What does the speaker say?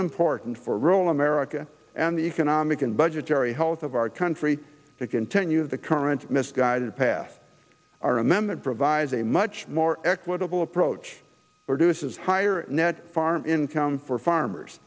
important for rural america and the economic and budgetary health of our country to continue the current misguided path r m m that provides a much more equitable approach reduces higher net farm income for farmers